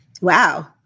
Wow